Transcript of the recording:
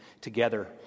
together